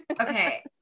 Okay